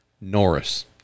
norris